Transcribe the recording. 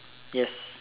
yes